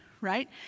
right